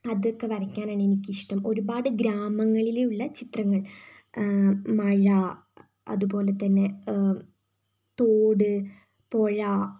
അതൊക്കെ വരക്കാനാണ് എനിക്കിഷ്ടം ഒരുപാട് ഗ്രാമങ്ങളിൽ ഉള്ള ചിത്രങ്ങൾ മഴ അതുപോലെത്തന്നെ തോട് പുഴ